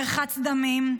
מרחץ דמים,